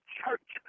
church